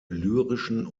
lyrischen